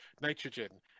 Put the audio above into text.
nitrogen